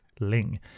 Ling